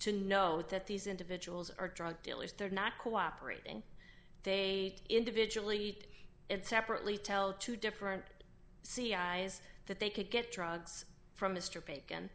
to know that these individuals are drug dealers rd not cooperating they individually it separately tell two different c eyes that they could get drugs from mr bacon